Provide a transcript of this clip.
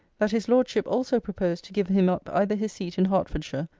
that his lordship also proposed to give him up either his seat in hertfordshire,